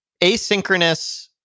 asynchronous